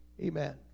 Amen